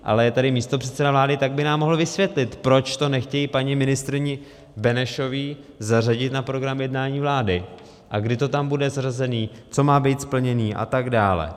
Ale je tady místopředseda vlády, tak by nám mohl vysvětlit, proč to nechtějí paní ministryni Benešové zařadit na program jednání vlády a kdy to tam bude zařazené, co má být splněno atd.